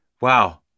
Wow